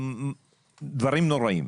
דברים נוראיים.